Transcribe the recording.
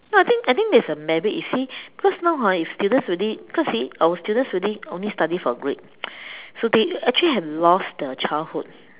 no I think I think there is a merit you see because now hor if the students already because our students already only study for grade so they actually have lost their childhood